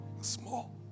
small